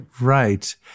right